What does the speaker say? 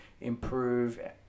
improve